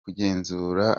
kugenzura